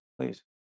please